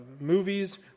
movies